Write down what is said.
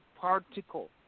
particle